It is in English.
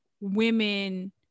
women